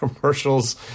commercials